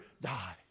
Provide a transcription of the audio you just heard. die